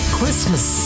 Christmas